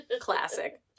Classic